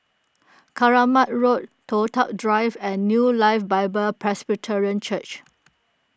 Keramat Road Toh Tuck Drive and New Life Bible Presbyterian Church